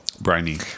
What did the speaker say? Briny